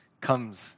comes